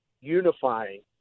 unifying